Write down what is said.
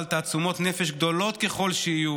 בעל תעצומות נפש גדולות ככל שיהיו,